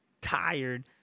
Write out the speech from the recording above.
tired